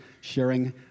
sharing